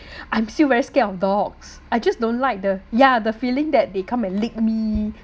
I am still very scared of dogs I just don't like the ya the feeling that they come and lick me